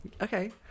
Okay